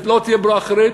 לא תהיה ברירה אחרת,